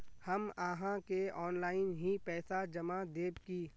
हम आहाँ के ऑनलाइन ही पैसा जमा देब की?